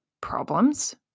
problems